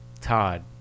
Todd